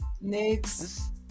next